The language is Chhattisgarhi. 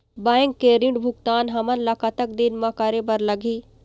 बैंक के ऋण भुगतान हमन ला कतक दिन म करे बर लगही?